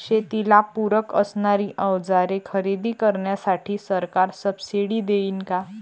शेतीला पूरक असणारी अवजारे खरेदी करण्यासाठी सरकार सब्सिडी देईन का?